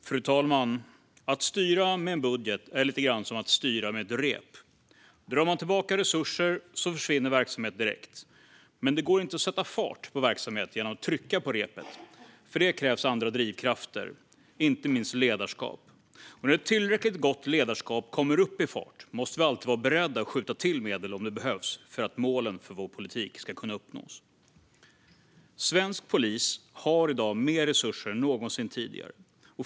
Fru talman! Att styra med en budget är lite grann som att styra med ett rep. Drar man tillbaka resurser försvinner verksamhet direkt, men det går inte att sätta fart på verksamheter genom att trycka på repet. För det krävs andra drivkrafter, inte minst ledarskap. När ett tillräckligt gott ledarskap kommer upp i fart måste vi alltid vara beredda att skjuta till medel om det behövs för att målen för vår politik ska kunna uppnås. Svensk polis har i dag mer resurser än någonsin tidigare.